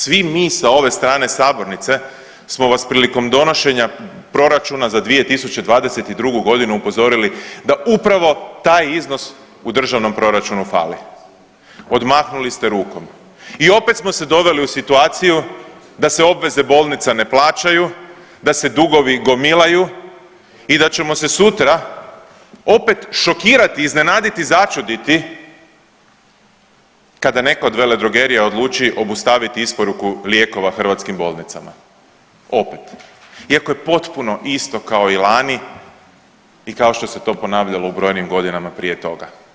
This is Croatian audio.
Svi mi sa ove strane sabornice smo vas prilikom donošenja proračuna za 2022.g. upozorili da upravo taj iznos u državnom proračunu fali, odmahnuli ste rukom i opet smo se doveli u situaciju da se obveze bolnica ne plaćaju, da se dugovi gomilaju i da ćemo se sutra opet šokirati i iznenaditi i začuditi kada neko od veledrogerija odluči obustaviti isporuku lijekova hrvatskim bolnicama, opet, iako je potpuno isto kao i lani i kao što se to ponavljalo u brojnim godinama prije toga.